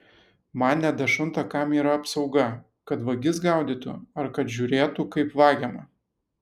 man nedašunta kam yra apsauga kad vagis gaudytų ar kad žiūrėtų kaip vagiama